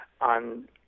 on